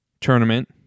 tournament